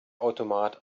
automat